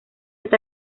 este